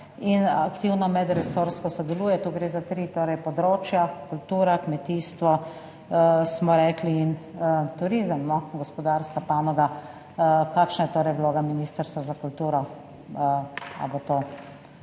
in aktivno medresorsko sodeluje? Tu gre torej za tri področja, kultura, kmetijstvo, smo rekli, in turizem, gospodarska panoga. Kakšna je torej vloga Ministrstva za kulturo? Bo to